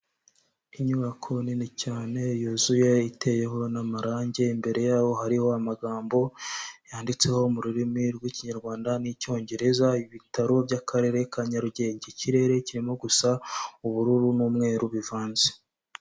Inyubako nini cyane yuzuye iteyeho n'amarange imbere yaho hariho amagambo yanditseho mu rurimi rw'Ikinyarwanda n'icyongereza ibitaro by'Akarere ka Nyarugenge, ikirere kirimo gusa ubururu n'umweru bivanze.